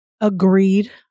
agreed